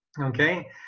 Okay